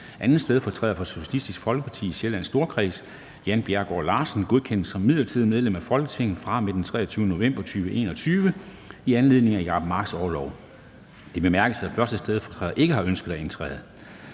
at 2. stedfortræder for Socialistisk Folkeparti i Sjællands Storkreds, Jan Bjergskov Larsen, godkendes som midlertidigt medlem af Folketinget fra og med den 23. november 2021 i anledning af Jacob Marks orlov. Det bemærkes, at 1. stedfortræder ikke har ønsket at indtræde.